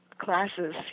classes